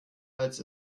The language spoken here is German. als